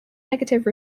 negative